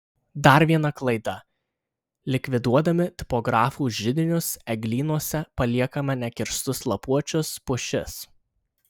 dar viena klaida likviduodami tipografų židinius eglynuose paliekame nekirstus lapuočius pušis